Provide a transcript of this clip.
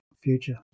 future